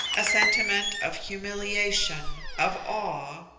a sentiment of humiliation, of awe,